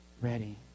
ready